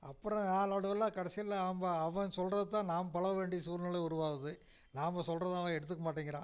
அப்புறம் நாளடைவில் கடைசியில் நம்ம அவன் சொல்கிறதத் தான் நாம் பழக வேண்டிய சூழ்நிலை உருவாகுது நாம சொல்கிறத அவன் எடுத்துக்க மாட்டேங்கிறான்